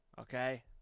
Okay